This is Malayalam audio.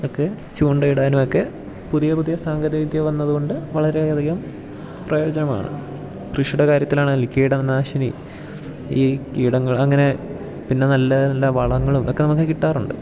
ഒക്കെ ചൂണ്ടയിടാനുമൊക്കെ പുതിയ പുതിയ സാങ്കേതിക വിദ്യ വന്നത് കൊണ്ട് വളരെയധികം പ്രയോജനമാണ് കൃഷിയുടെ കാര്യത്തിലാണെങ്കിലും കീടനാശിനി ഈ കീടങ്ങൾ അങ്ങനെ പിന്നെ നല്ല നല്ല വളങ്ങളും ഒക്കെ നമുക്ക് കിട്ടാറുണ്ട്